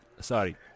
Sorry